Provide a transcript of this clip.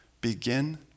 begin